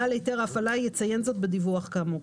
בעל היתר ההפעלה יציין זאת בדיווח כאמור.